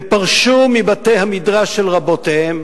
הם פרשו מבתי-המדרש של רבותיהם